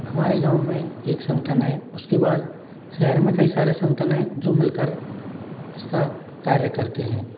हमारे गाँव में एक संगठन है उसके बाद शहर में कई सारे संगठन है जो मिलकर इसका कार्य करते हैं